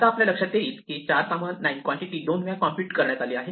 आता आपल्या लक्षात येईल की 49 कॉन्टिटी दोन वेळा कॉम्प्युट करण्यात आली आहे